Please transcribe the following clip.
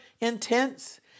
intense